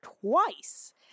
twice